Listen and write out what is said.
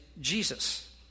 Jesus